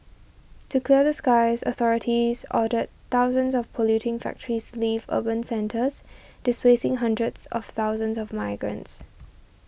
to clear the skies authorities ordered thousands of polluting factories leave urban centres displacing hundreds of thousands of migrants